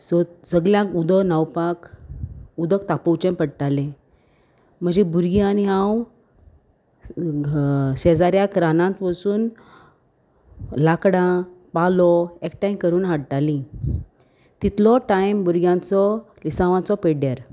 so सगल्यांक उदक न्हांवपाक उदक तापोवचें पडटालें म्हजी भुरगीं आनी हांव शेजाऱ्याक रानांत वचून लांकडां पालो एकठांय करून हाडटालीं तितलो टायम भुरग्यांचो लिसांवाचो पेड्ड्यार